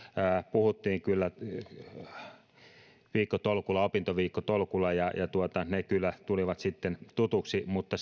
puhuttiin kyllä opintoviikkotolkulla ja ne kyllä tulivat tutuksi mutta